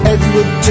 Edward